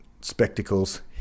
spectacles